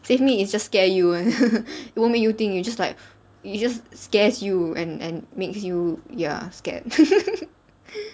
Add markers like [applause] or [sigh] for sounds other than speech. save me it's just scare you [one] you won't make you think you just like you just scares you and and makes you you're scared [laughs]